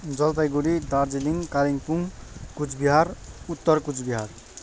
जलपाईगुडी दार्जिलिङ कालिम्पोङ कुचबिहार उत्तर कुचबिहार